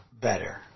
better